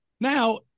Now